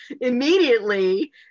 immediately